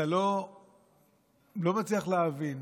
אתה לא מצליח להבין